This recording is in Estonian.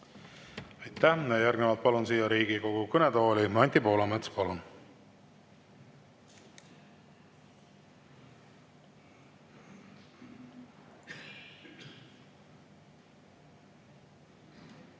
Aitäh! Järgnevalt palun siia Riigikogu kõnetooli Anti Poolametsa. Palun!